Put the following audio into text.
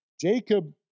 Jacob